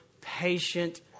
patient